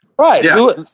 Right